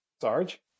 Sarge